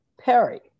Perry